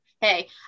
Hey